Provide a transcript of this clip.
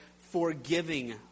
forgiving